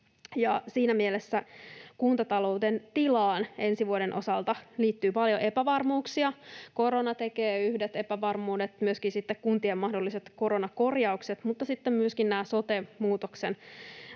Siinä mielessä kuntatalouden tilaan ensi vuoden osalta liittyy paljon epävarmuuksia. Yhdet epävarmuudet tekee korona, myöskin kuntien mahdolliset koronakorjaukset mutta myöskin sote-muutoksen